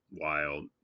wild